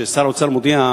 ששר האוצר מודיע,